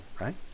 right